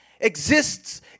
exists